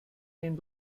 den